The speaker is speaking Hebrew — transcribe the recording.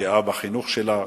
גאה בחינוך שלה,